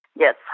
Yes